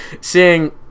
seeing